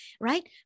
Right